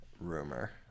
Rumor